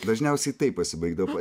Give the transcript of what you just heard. dažniausiai taip pasibaigdavo